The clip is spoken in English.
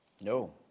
no